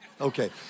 Okay